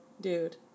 dude